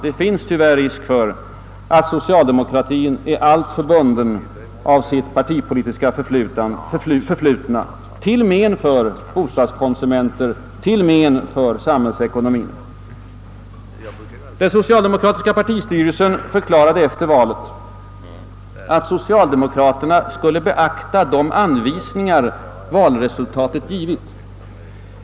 Det finns tyvärr risk för att socialdemokratien är alltför bun den av sitt partipolitiska förflutna, till men för bostadskonsumenterna och till men för samhällsekonomien. Den socialdemokratiska partistyrelsen förklarade efter valet att socialdemokraterna skulle beakta de anvisningar valresultatet givit.